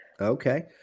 Okay